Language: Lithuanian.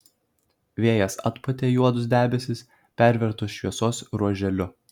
vėjas atpūtė juodus debesis pervertus šviesos ruoželiu